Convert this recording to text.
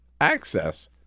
access